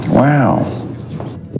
Wow